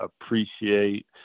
appreciate